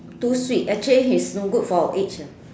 too sweet actually is no good for our age eh